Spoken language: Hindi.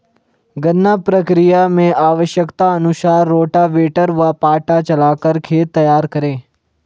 गन्ना प्रक्रिया मैं आवश्यकता अनुसार रोटावेटर व पाटा चलाकर खेत तैयार करें